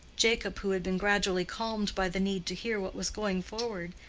jacob, who had been gradually calmed by the need to hear what was going forward,